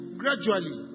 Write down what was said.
gradually